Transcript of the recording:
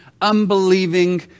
unbelieving